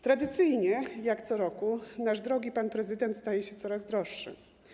Tradycyjnie, jak co roku, nasz drogi pan prezydent staje się coraz droższy.